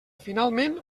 finalment